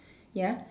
ya